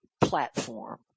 platform